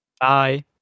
Bye